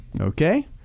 Okay